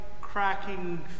cracking